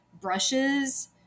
brushes